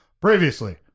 previously